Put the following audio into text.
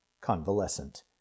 Convalescent